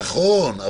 נכון,